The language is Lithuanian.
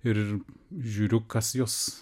ir žiūriu kas juos